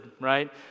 right